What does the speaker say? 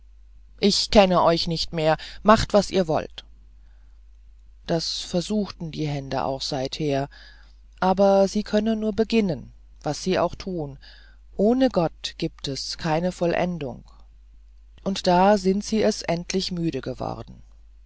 ich kenne euch nicht mehr macht was ihr wollt das versuchten die hände auch seither aber sie können nur beginnen was sie auch tun ohne gott giebt es keine vollendung und da sind sie es endlich müde geworden